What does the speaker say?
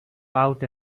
out